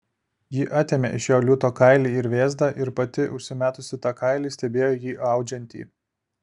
ji atėmė iš jo liūto kailį ir vėzdą ir pati užsimetusi tą kailį stebėjo jį audžiantį